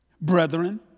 Brethren